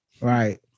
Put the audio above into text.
Right